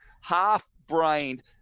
half-brained